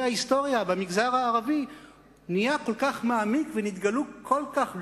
ההיסטוריה במגזר הערבי נעשה כל כך מעמיק,